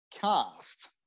Cast